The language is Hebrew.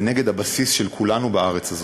זה נגד הבסיס של כולנו בארץ הזאת.